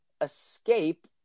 escape